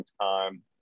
time